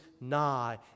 nigh